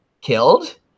killed